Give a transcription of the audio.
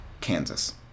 Kansas